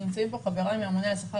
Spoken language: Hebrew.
נמצאים כאן חבריי מהממונה על השכר